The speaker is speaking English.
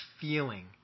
feeling